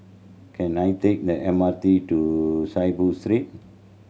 can I take the M R T to Saiboo Street